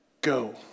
Go